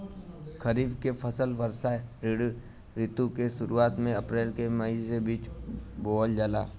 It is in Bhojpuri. खरीफ के फसल वर्षा ऋतु के शुरुआत में अप्रैल से मई के बीच बोअल जाला